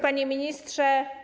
Panie Ministrze!